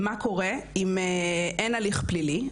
מה קורה אם אין הליך פלילי,